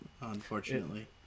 unfortunately